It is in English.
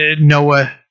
Noah